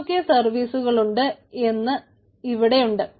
എന്തൊക്കെ സർവീസുകളുണ്ട് എന്ന് ഇവിടെയുണ്ട്